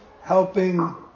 helping